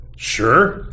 Sure